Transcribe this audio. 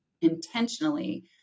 intentionally